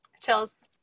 chills